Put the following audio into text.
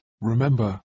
remember